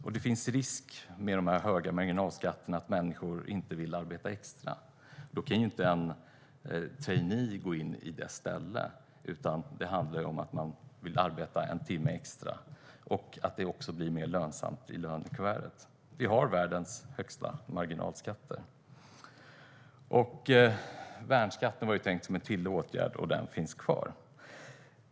Med de höga marginalskatterna finns det risk för att människor inte vill arbeta extra. Då kan inte en trainee gå in i stället, utan det handlar om att man vill arbeta en timme extra och att det också ska bli mer lönsamt i lönekuvertet. Vi har världens högsta marginalskatter. Värnskatten var tänkt som en tillfällig åtgärd, men den finns kvar.